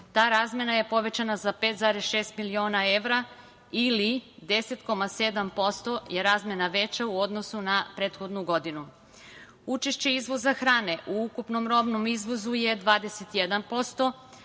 ta razmena je povećana za 5,6 miliona evra ili 10,7% je razmena veća u odnosu na prethodnu godinu. Učešće izvoza hrane u ukupnom robnom izvozu je 21%,